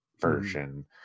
version